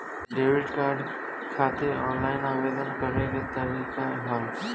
Debit card खातिर online आवेदन के का तरीकि ह?